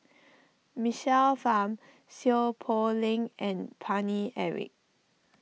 Michael Fam Seow Poh Leng and Paine Eric